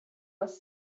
was